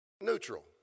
neutral